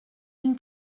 une